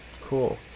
Cool